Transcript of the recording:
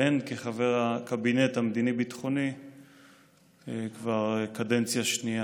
והן כחבר הקבינט המדיני-ביטחוני כבר קדנציה שנייה.